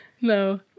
No